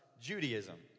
Judaism